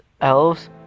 elves